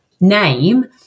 name